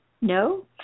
No